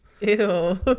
Ew